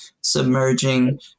submerging